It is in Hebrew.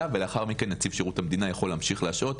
ולאחר מכן נציב שירות המדינה יכול להמשיך להשעות,